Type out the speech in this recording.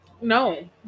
No